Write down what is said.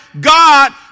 God